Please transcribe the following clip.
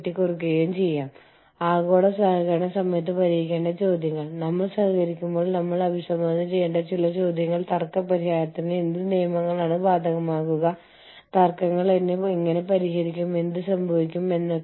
വ്യാപ്തിയുടെ സമ്പദ്വ്യവസ്ഥയെ ഇത്രയധികം വിപുലീകരിക്കാൻ നിങ്ങൾ ശരിക്കും പ്രവർത്തിക്കുന്നില്ല